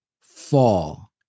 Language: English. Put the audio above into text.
fall